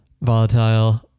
volatile